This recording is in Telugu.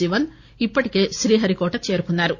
శివన్ ఇప్పటికే శ్రీహరికోట చేరుకున్నారు